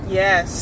yes